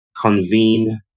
convene